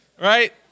right